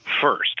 first